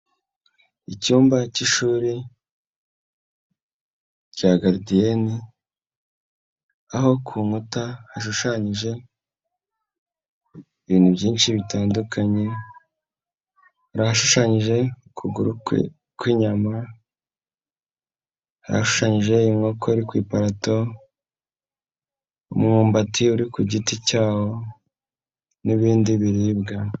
Icyumba k'ishuri rya garidiyeni aho ku nkuta hashushanyije ibintu byinshi bitandukanye, hari ashushanyije ukuguru kw'inyama, hari ahashushanyije inkoko iri ku iparato umwumbati uri ku giti cyawo, n'ibindi biribwa.